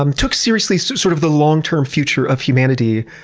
um took seriously so sort of the long-term future of humanity.